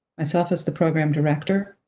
myself as the program director,